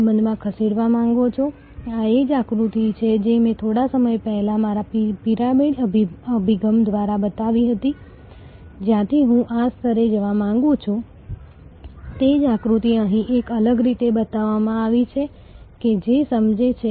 સંબંધ જેટલો લાંબો છે તમારી તકો વધુ સારી છે અને સૌથી અગત્યનું એ છે કે ગ્રાહક સમર્થન તરફ સંબંધ વિકસાવવાનો માર્ગ છે